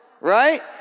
Right